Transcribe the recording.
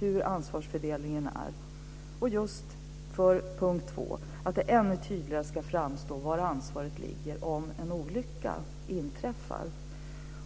Det andra skälet är att det ännu tydligare ska framgå var ansvaret ligger om en olycka inträffar. Arbetsmiljöverket har nyligen beslutat